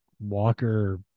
Walker